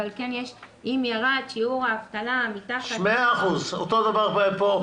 העניין הוא שאם ירד שיעור האבטלה מתחת --- מאה אחוז אותו דבר פה,